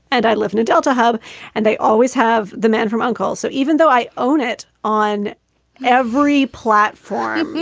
and i live in a delta hub and they always have the man from uncle. so even though i own it on every platform,